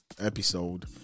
episode